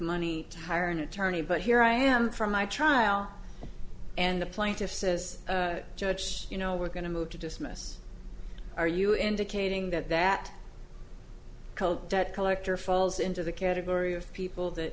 money to hire an attorney but here i am from my trial and the plaintiffs says judge you know we're going to move to dismiss are you indicating that that cult debt collector falls into the category of people that